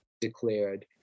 declared